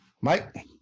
Mike